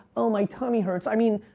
oh, my tummy hurts. i mean,